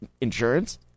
Insurance